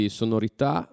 sonorità